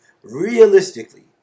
realistically